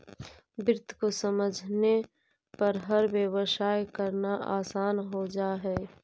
वित्त को समझने पर हर व्यवसाय करना आसान हो जा हई